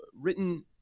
written